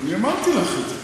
אני אמרתי לך את זה.